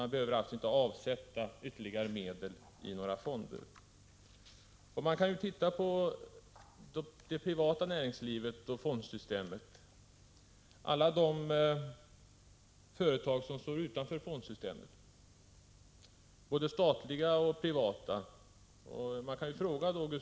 Man behöver alltså inte avsätta ytterligare medel i några fonder. Man kan se på hur fondsystemet påverkat det privata näringslivet. Där har vi mängder av företag som står utanför fondsystemet.